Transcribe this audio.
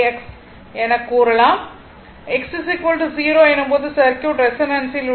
X 0 எனும் போது circuit ரெஸோனான்சில் உள்ளது